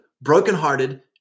brokenhearted